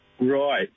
Right